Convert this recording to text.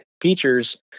features